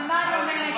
אבל מה אני אומרת?